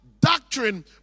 doctrine